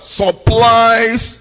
supplies